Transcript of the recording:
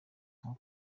nko